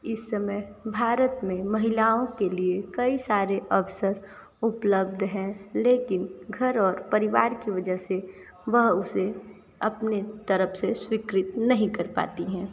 इस समय भारत में महिलाओं के लिए कई सारे अवसर उपलब्ध हैं लेकिन घर और परिवार की वजह से वह उसे अपनी तरफ़ से स्वीकृत नहीं कर पाती हैं